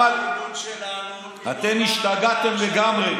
אתם השתגעתם לגמרי.